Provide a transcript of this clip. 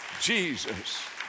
Jesus